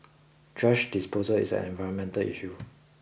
thrash disposal is an environmental issue